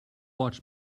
watch